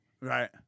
Right